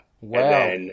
Wow